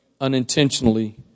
unintentionally